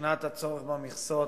מבחינת הצורך במכסות,